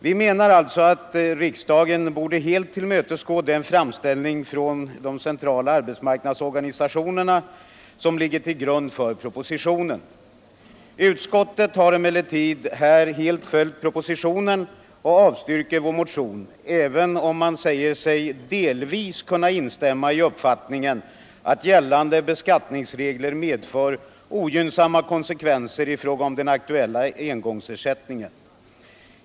Vi menar alltså att riksdagen borde helt tillmötesgå den framställning från de centrala arbetsmarknadsorganisationerna som ligger till grund för propositionen. Utskottet har emellertid här helt följt propositionen och avstyrker vår motion, trots att man säger sig delvis kunna instämma i uppfattningen att gällande beskattningsregler medför ogynnsamma konsekvenser i fråga om den aktuella engångsersättningen.